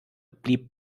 blieb